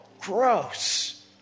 gross